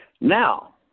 Now